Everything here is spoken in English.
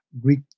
Greek